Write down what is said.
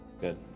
Good